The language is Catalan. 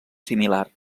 similar